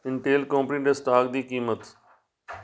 Intel company ਦੇ stock ਦੀ ਕੀਮਤ